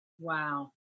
Wow